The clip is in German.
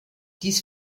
dies